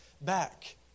back